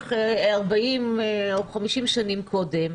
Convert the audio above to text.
במשך 40 או 50 שנים קודם,